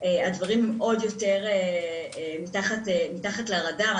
הדברים הם עוד יותר מתחת לרדאר,